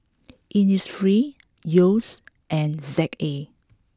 Innisfree Yeo's and Z A